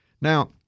Now